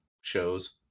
shows